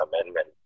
amendment